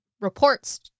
reports